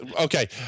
okay